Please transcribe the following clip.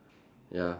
ya